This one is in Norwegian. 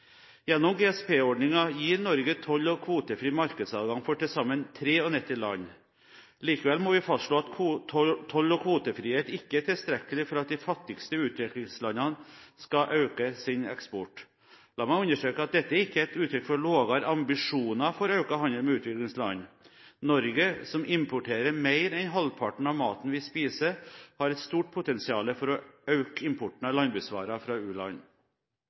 Gjennom GSP-ordningen gir Norge toll- og kvotefri markedsadgang for til sammen 93 land. Likevel må vi fastslå at toll- og kvotefrihet ikke er tilstrekkelig for at de fattigste utviklingslandene skal øke sin eksport. La meg understreke at dette ikke er et uttrykk for lavere ambisjoner for økt handel med utviklingsland. Norge, som importerer mer enn halvparten av maten vi spiser, har er stort potensial for å øke importen av landbruksvarer fra